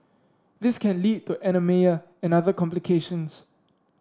this can lead to anaemia and other complications